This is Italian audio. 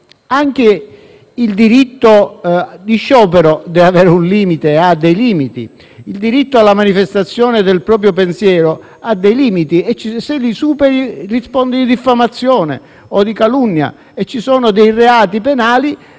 Anche il diritto di sciopero deve avere un limite e ha dei limiti. Il diritto alla manifestazione del proprio pensiero ha dei limiti. Se li superi, rispondi di diffamazione o di calunnia. Ci sono dei reati penali